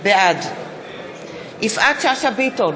בעד יפעת שאשא ביטון,